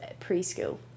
preschool